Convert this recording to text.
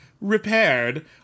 repaired